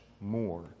more